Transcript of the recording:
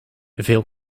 veel